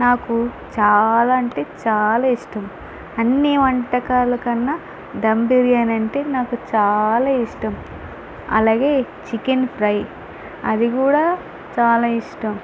నాకు చాలా అంటే చాలా ఇష్టం అన్నీ వంటకాల కన్నా ధమ్ బిర్యానీ అంటే నాకు చాలా ఇష్టం అలాగే చికెన్ ఫ్రై అది కూడా చాలా ఇష్టం